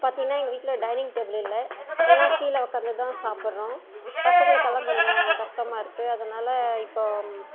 இப்போ பார்த்திங்கனா எங்கள் வீட்டில் டைனிங் டேபிள் இல்லை எல்லாம் கீழே உக்காந்துதான் சாப்பிட்றோம் பசங்களுக்கு எல்லாம் கொஞ்சம் கஷ்டமாக இருக்குது அதனால் இப்போது